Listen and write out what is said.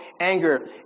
anger